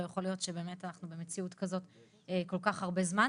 לא יכול להיות שבאמת אנחנו במציאות כזאת כל כך הרבה זמן.